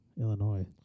Illinois